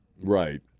Right